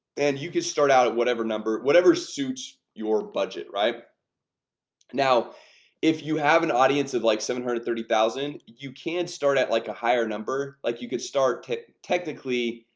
and you can start out at whatever number whatever suits your budget right now if you have an audience of like seven hundred thirty thousand you can start at like a higher number like you could start technically,